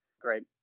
great